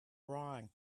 wrong